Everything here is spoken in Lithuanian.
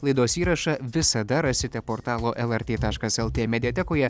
laidos įrašą visada rasite portalo lrt taškas lt mediatekoje